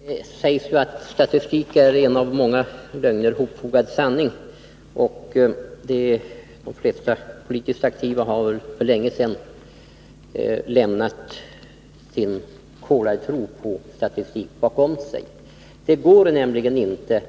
Fru talman! Det sägs att statistik är en av många lögner hopfogad sanning. De flesta politiskt aktiva har väl för länge sedan lämnat kolartron på statistik bakom sig. Det går nämligen inte